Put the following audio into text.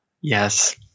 Yes